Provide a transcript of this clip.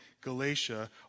Galatia